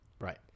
Right